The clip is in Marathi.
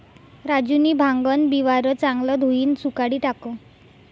राजूनी भांगन बिवारं चांगलं धोयीन सुखाडी टाकं